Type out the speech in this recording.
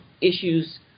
issues